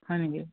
হয় নেকি